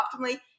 optimally